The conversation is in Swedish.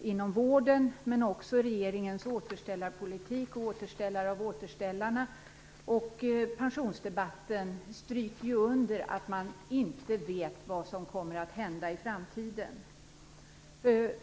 inom vården, men också regeringens återställarpolitik, återställarna av återställarna och pensionsdebatten, understryker ju att man inte vet vad som kommer att hända i framtiden.